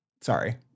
sorry